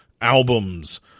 albums